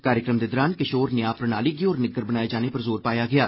कार्यक्रम दे दौरान किषोर न्याऽ प्रणाली गी होर निग्गर बनाए जाने पर जोर पाया गेआ